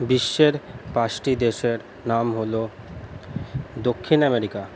বিশ্বের পাঁচটি দেশের নাম হলো দক্ষিণ আমেরিকা